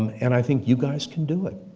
and i think you guys can do it.